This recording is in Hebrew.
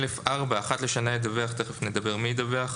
(א4)אחת לשנה ידווח תכף נדבר על מי ידווח,